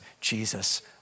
Jesus